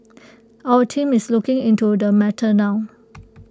our team is looking into the matter now